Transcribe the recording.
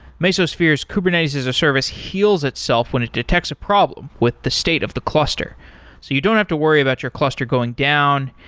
mesosphere's kubernetes-as-a-service heals itself when it detects a problem with the state of the cluster, so you don't have to worry about your cluster going down.